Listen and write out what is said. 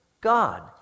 God